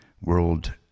World